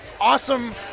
awesome